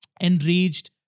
enraged